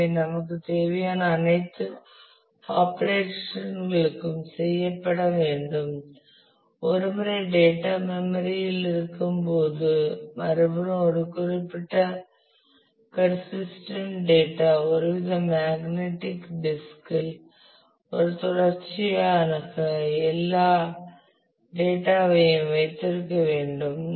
எனவே நமக்குத் தேவையான அனைத்து ஆபரேஷன் களும் செய்யப்பட வேண்டும் ஒரு முறை டேட்டா மெம்மரி இல் இருக்கும்போது மறுபுறம் ஒரு குறிப்பிட்ட பேர்சிஸ்டன்ட் டேட்டா ஒருவித மேக்னடிக் டிஸ்கில் ஒரு தொடர்ச்சியாக எல்லா டேட்டா வையும் வைத்திருக்க வேண்டும்